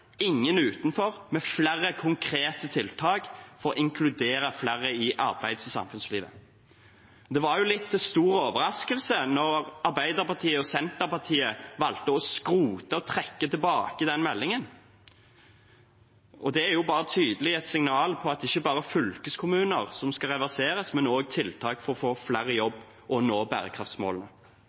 Ingen utenfor, med flere konkrete tiltak for å inkludere flere i arbeids- og samfunnslivet. Det var til stor overraskelse da Arbeiderpartiet og Senterpartiet valgte å skrote og trekke tilbake den meldingen. Det er bare et tydelig signal om at det ikke bare er fylkessammenslåinger som skal reverseres, men også tiltak for å få flere i jobb og nå bærekraftsmålene.